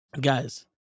guys